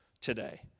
today